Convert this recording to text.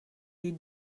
die